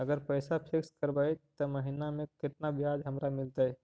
अगर पैसा फिक्स करबै त महिना मे केतना ब्याज हमरा मिलतै?